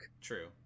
True